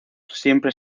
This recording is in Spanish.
siempre